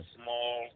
small